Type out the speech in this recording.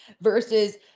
versus